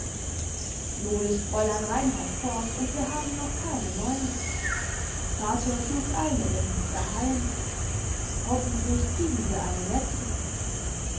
nim ist fräulein reinhard fort und wir haben noch keine neue vater sucht eine im daheim hoffentlich kriegen wir eine nette